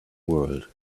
world